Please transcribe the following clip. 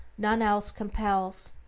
none else compels,